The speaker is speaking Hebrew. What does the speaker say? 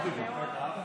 קראתי.